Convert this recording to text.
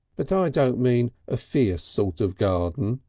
but i don't mean a fierce sort of garden.